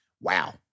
Wow